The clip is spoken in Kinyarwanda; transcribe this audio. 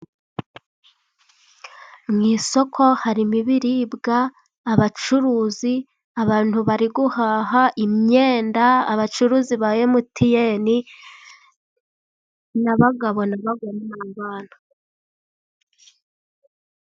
Mu isoko harimo ibiriribwa, abacuruzi, abantu bari guhaha imyenda abacuruzi ba emutiyeni n'abagabo, n'abagore n'abana.